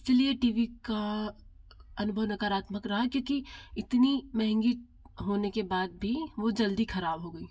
इसीलिए T V का अनुभव नकारात्मक रहा क्योंकि इतनी महंगी होने के बाद भी वो जल्दी खराब हो गईं